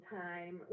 time